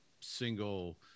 single